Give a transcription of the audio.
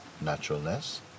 naturalness